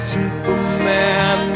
Superman